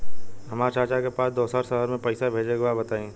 हमरा चाचा के पास दोसरा शहर में पईसा भेजे के बा बताई?